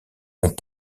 ont